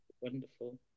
Wonderful